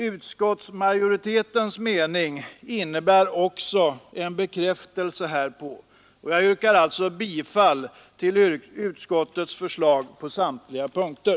Utskottsmajoritetens mening innebär också en bekräftelse härpå, och jag yrkar bifall till utskottets hemställan på samtliga punkter.